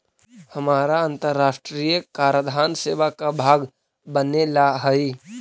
हमारा अन्तराष्ट्रिय कराधान सेवा का भाग बने ला हई